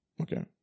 Okay